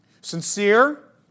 Sincere